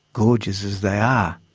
gorgeous as they are.